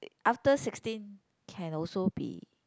after sixteen can also be